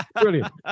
Brilliant